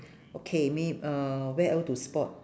okay may~ uh where else to spot